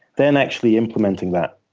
then actually implementing that